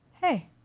hey